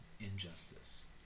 Injustice